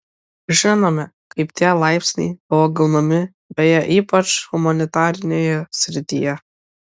žinome kaip tie laipsniai buvo gaunami beje ypač humanitarinėje srityje